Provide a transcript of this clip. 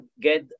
get